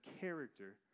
character